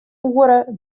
oere